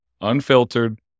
Unfiltered